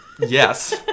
yes